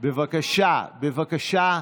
מאחורי, בבקשה, בבקשה.